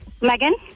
Megan